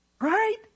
Right